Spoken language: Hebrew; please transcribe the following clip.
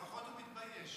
אין תשובה.